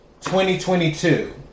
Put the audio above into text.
2022